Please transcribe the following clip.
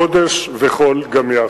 קודש וחול גם יחד.